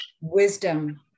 wisdom